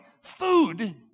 food